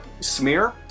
smear